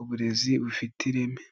uburezi bufite ireme.